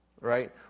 Right